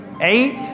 eight